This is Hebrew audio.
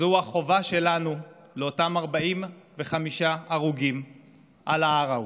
זו החובה שלנו לאותם 45 הרוגים על ההר ההוא.